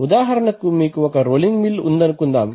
ఉదాహరణకు మీకు ఒక రోలింగ్ మిల్ ఉందనుకుందాం